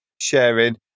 sharing